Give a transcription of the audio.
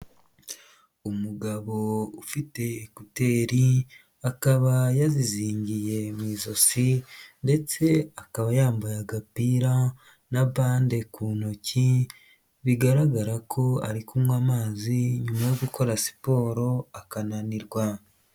Umugabo ufite kuteri akaba yazizingiye mu ijosi, ndetse akaba yambaye agapira na bande ku ntoki bigaragara ko ari kunywa amazi nyuma yo gukora siporo akananirwa.